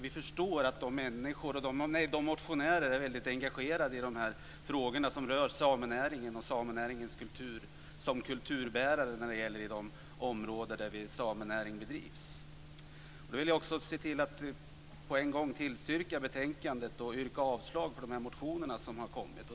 Vi förstår att motionärerna är väldigt engagerade i de frågor som rör samenäringen som kulturbärare i de områden där näringen bedrivs. Jag vill på en gång yrka bifall till utskottets hemställan och avslag på motionerna.